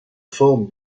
forme